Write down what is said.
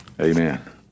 amen